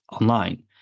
online